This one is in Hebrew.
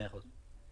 מאה אחוז.